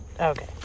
okay